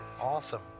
Awesome